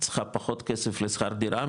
צריכה פחות כסף לשכר דירה,